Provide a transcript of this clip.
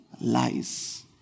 lies